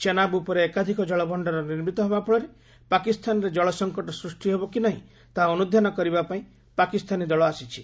ଚେନାବ୍ ଉପରେ ଏକାଧିକ ଜଳଭଣ୍ଡାର ନିର୍ମିତ ହେବା ଫଳରେ ପାକିସ୍ତାନରେ ଜଳ ସଙ୍କଟ ସୃଷ୍ଟି ହେବ କି ନାହିଁ ତାହା ଅନୁଧ୍ୟାନ କରିବାପାଇଁ ପାକିସ୍ତାନୀ ଦଳ ଆସିଛି